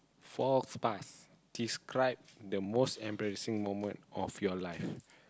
false pass describe the most embarrassing moment of your life